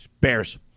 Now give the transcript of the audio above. Bears